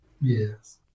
Yes